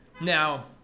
Now